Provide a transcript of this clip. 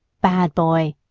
bad boy!